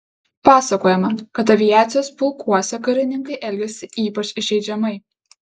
pasakojama kad aviacijos pulkuose karininkai elgėsi ypač įžeidžiamai